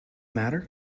matter